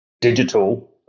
digital